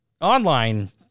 online